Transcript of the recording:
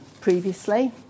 previously